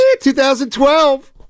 2012